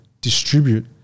distribute